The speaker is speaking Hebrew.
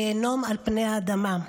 גיהינום על פני האדמה.